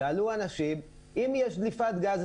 שאלו אנשים: אם יש דליפת גז,